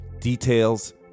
Details